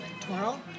Tomorrow